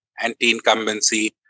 anti-incumbency